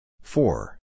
four